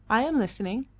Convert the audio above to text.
i am listening.